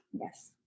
yes